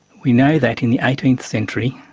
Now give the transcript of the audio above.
we know that, in the eighteenth century,